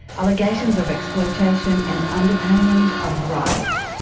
allegations of exploitation and underpayment are rife.